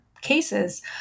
cases